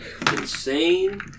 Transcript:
insane